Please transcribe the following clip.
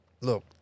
look